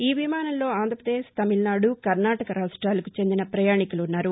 ఈ విమానంలో ఆంధ్రప్రదేశ్ తమిళనాడు కర్ణాటక రాష్టాలకు చెందిన పయాణికులు ఉన్నారు